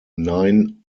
nine